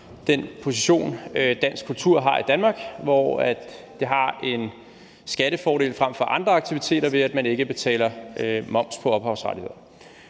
den position, dansk kultur har i Danmark, hvor den har en skattefordel frem for andre aktiviteter, ved at man ikke betaler moms på ophavsrettigheder.